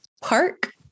park